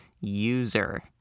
user